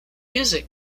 music